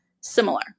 similar